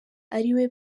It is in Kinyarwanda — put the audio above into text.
ariwe